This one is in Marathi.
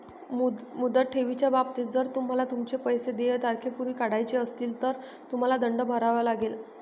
मुदत ठेवीच्या बाबतीत, जर तुम्हाला तुमचे पैसे देय तारखेपूर्वी काढायचे असतील, तर तुम्हाला दंड भरावा लागेल